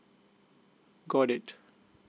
got it